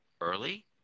early